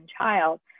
child